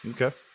Okay